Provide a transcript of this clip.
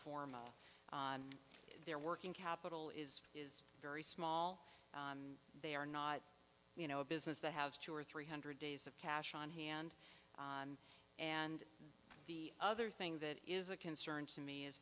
forma on their working capital is is very small they are not you know a business that has two or three hundred days of cash on hand and the other thing that is a concern to me is